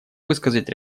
высказать